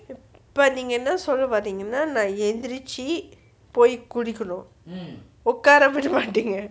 இப்போ நீங்க என்ன சொல்ல வரீங்கனா நா எழுந்திரிச்சு போய் குளிக்கனும் உக்கார விட மாட்டிங்க:ippo nenga enna solla varinga na naa ezhunthiruchu poi kulikkanum ukkara vida maatingga